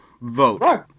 vote